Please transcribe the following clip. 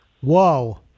Whoa